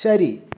ശരി